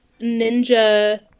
ninja